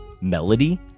melody